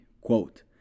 quote